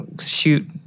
shoot